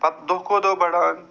پتہٕ دۄہ کھۄ دۄہ بڑان